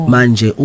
Manje